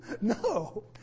No